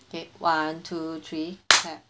okay one two three clap